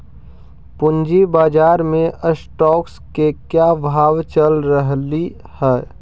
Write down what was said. पूंजी बाजार में स्टॉक्स के क्या भाव चल रहलई हे